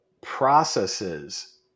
processes